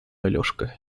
алешка